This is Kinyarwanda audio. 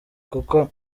kuko